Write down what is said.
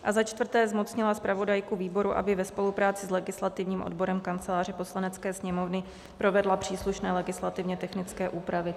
IV. Zmocňuje zpravodajku výboru, aby ve spolupráci s legislativním odborem Kanceláře Poslanecké sněmovny provedla příslušné legislativně technické úpravy.